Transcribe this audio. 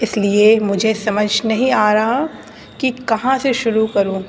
اس لیے مجھے سمجھ نہیں آ رہا کہ کہاں سے شروع کروں